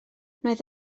wnaeth